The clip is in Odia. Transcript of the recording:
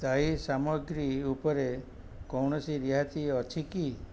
ସ୍ଥାୟୀ ସାମଗ୍ରୀ ଉପରେ କୌଣସି ରିହାତି ଅଛି କି